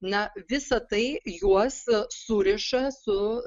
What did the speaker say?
na visa tai juos suriša su